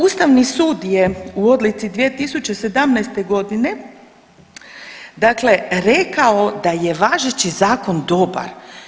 Ustavni sud je u odluci 2017. godine dakle rekao da je važeći zakon dobar.